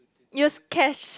use cash